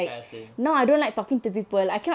ya same